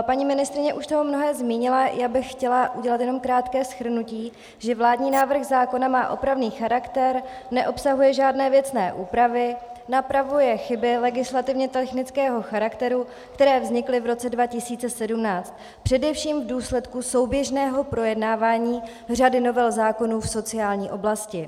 Paní ministryně už toho mnoho zmínila, já bych chtěla udělat jenom krátké shrnutí, že vládní návrh zákona má opravný charakter, neobsahuje žádné věcné úpravy, napravuje chyby legislativně technického charakteru, které vznikly v roce 2017 především v důsledku souběžného projednávání řady novel zákonů v sociální oblasti.